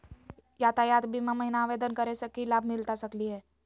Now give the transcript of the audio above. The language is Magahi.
यातायात बीमा महिना आवेदन करै स की लाभ मिलता सकली हे?